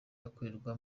akorerwa